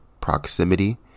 proximity